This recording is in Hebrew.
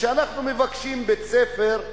כשאנחנו מבקשים בית-ספר,